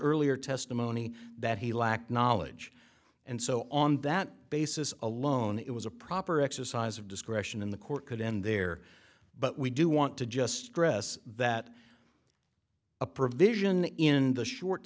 earlier testimony that he lacked knowledge and so on that basis alone it was a proper exercise of discretion in the court could end there but we do want to just stress that a provision in the short